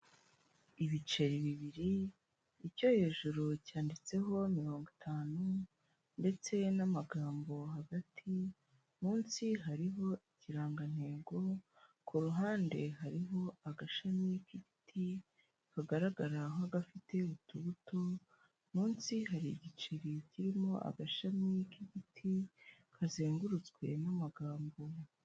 Ibiceri bibiri, icyo hejuru cyanditseho mirongo itanu ndetse n'amagambo hagati, munsi hariho ikirangantego, ku ruhande hariho agashami k'igiti kagaragara nk'agafite utubuto, munsi hari igiceri kirimo agashami k'igiti kazengurutswe n'amagambo.